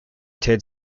ted